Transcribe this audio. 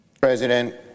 President